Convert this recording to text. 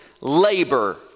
labor